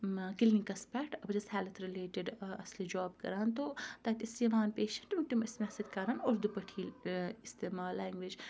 کِلنِکَس پٮ۪ٹھ بہٕ چھَس ہیٚلٕتھ رٕلیٹٕڈ اَصلی جاب کَران تو تَتہِ ٲسۍ یِوان پیشنٛٹ تِم ٲسۍ مےٚ سۭتۍ کَران اُردوٗ پٲٹھی استعمال لینٛگویج